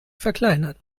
verkleinern